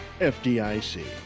FDIC